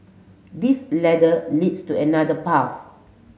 this ladder leads to another path